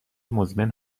مزمن